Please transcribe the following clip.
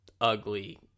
ugly